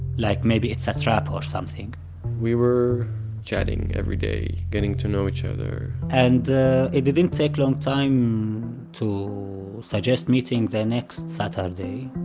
like maybe it's a trap or something we were chatting every day, getting to know each other and it didn't take long time to suggest meeting the next saturday.